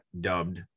dubbed